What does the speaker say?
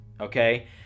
okay